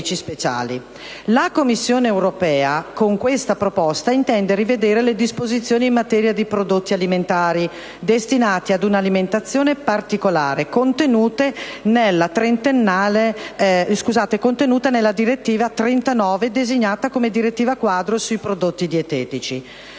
fini medici speciali. Con questa proposta, essa intende rivedere le disposizioni in materia di prodotti alimentari destinati a un'alimentazione particolare contenute nella direttiva 2009/39/CE, designata come «Direttiva quadro sui prodotti dietetici».